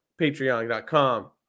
patreon.com